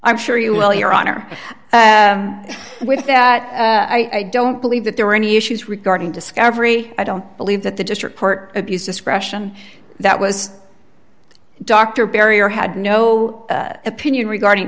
i'm sure you will your honor with that i don't believe that there are any issues regarding discovery i don't believe that the district court abuse discretion that was dr berry or had no opinion regarding